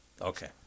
Okay